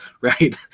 right